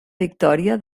victòria